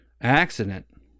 accident